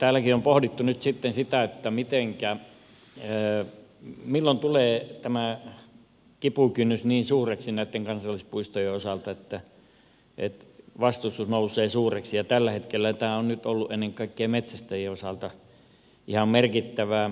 täälläkin on pohdittu nyt sitten sitä milloin tämä kipukynnys tulee vastaan näitten kansallispuistojen osalta että vastustus nousee suureksi ja tällä hetkellä tämä on nyt ollut ennen kaikkea metsästäjien osalta ihan merkittävää